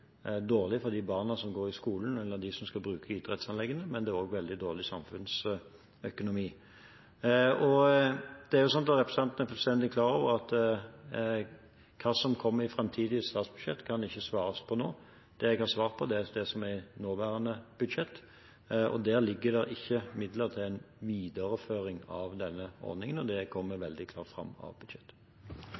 dårlig for de barna som går på skolen, og for dem som skal bruke idrettsanleggene, men det er også veldig dårlig samfunnsøkonomi. Representanten er fullstendig klar over at hva som kommer i framtidige statsbudsjett, kan ikke svares på nå. Det jeg har svart på, er det som er i nåværende budsjett. Der ligger det ikke midler til en videreføring av denne ordningen. Det kommer veldig klart fram av budsjettet.